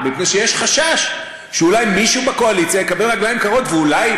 מפני שיש חשש שאולי מישהו בקואליציה יקבל רגליים קרות ואולי,